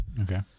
Okay